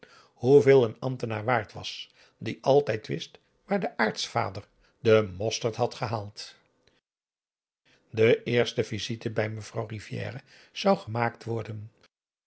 hoeveel een ambtenaar waard was die altijd wist waar de aartsvader de mosterd had gehaald p a daum hoe hij raad van indië werd onder ps maurits de eerste visite bij mevrouw rivière zou gemaakt worden